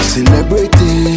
Celebrity